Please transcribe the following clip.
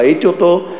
ראיתי אותו,